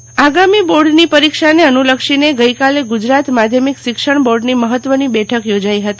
શિક્ષણ બોર્ડ આગામી બોર્ડની પરીક્ષાને અનુલક્ષીને ગઈકાલે ગુજરાત માધ્યમિક શિક્ષણ બોર્ડની મહત્વની બેઠક યોજાઈ હતી